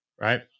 right